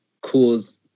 cause